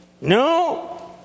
No